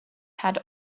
had